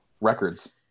records